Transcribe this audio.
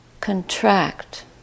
contract